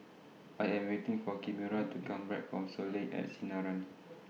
I Am waiting For Kimora to Come Back from Soleil At Sinaran